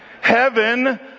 Heaven